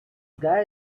guy